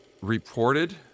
reported